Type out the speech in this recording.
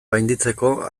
gainditzeko